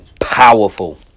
Powerful